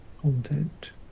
content